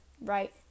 right